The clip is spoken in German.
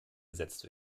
gesetzt